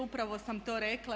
Upravo sam to rekla.